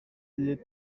hyd